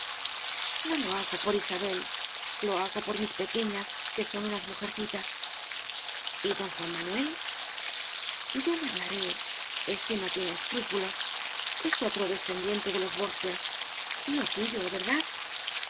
no lo hago por isabel lo hago por mis pequeñas que son unas mujercitas y don juan manuel yo le hablaré ese no tiene escrúpulos es otro descendiente de los borgias tío tuyo verdad